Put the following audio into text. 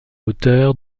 auteur